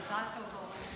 מזל טוב, אורן.